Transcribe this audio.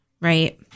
right